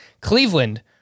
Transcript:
Cleveland